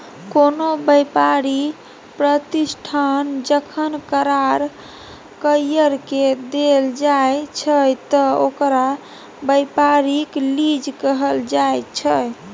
कोनो व्यापारी प्रतिष्ठान जखन करार कइर के देल जाइ छइ त ओकरा व्यापारिक लीज कहल जाइ छइ